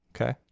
Okay